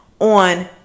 on